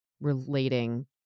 relating